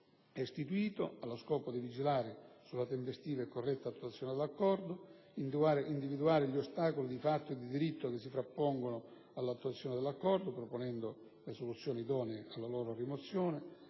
è istituto allo scopo di vigilare sulla tempestiva e corretta attuazione dell'accordo; individuare gli ostacoli di fatto e di diritto che si frappongono all'attuazione dell'accordo, proponendo le soluzioni idonee alla loro rimozione;